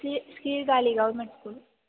sea Sirkazhi government school